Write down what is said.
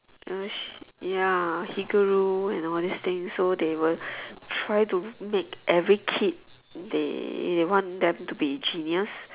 ah ya Higuru and all these things so they will try to make every kid they want them to be genius